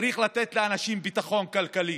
צריך לתת לאנשים ביטחון כלכלי.